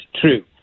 true